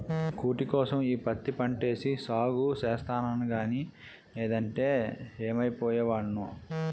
కూటికోసం ఈ పత్తి పంటేసి సాగు సేస్తన్నగానీ నేదంటే యేమైపోయే వోడ్నో